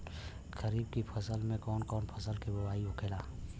खरीफ की फसल में कौन कौन फसल के बोवाई होखेला?